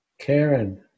Karen